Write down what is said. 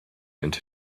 into